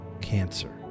cancer